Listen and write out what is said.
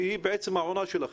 שהיא בעצם העונה שלכם.